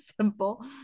simple